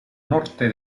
norte